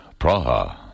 Praha